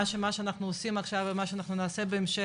שמה שאנחנו עושים עכשיו ומה שאנחנו נעשה בהמשך,